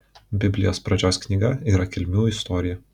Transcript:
biblijos pradžios knyga yra kilmių istorija